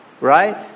right